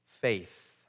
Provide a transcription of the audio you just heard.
faith